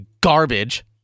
garbage